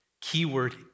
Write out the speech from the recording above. keyword